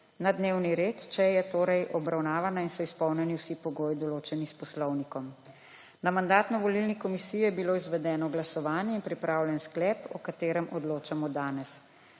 na dnevni red, če je torej obravnavana in so izpolnjeni vsi pogoji, določeni s poslovnikom. Na Mandatno-volilni komisiji je bilo izvedeno glasovanje in pripravljen sklep, o katerem odločamo danes.